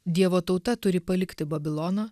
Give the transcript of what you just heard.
dievo tauta turi palikti babiloną